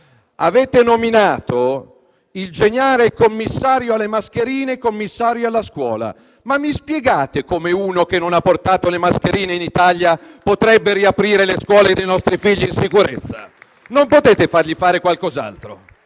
Avete nominato il geniale commissario alle mascherine commissario alla scuola. Ma mi spiegate come uno che non ha portato le mascherine in Italia potrebbe riaprire le scuole dei nostri figli in sicurezza? Non potete fargli fare qualcos'altro?